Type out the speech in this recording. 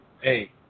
Hey